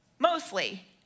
mostly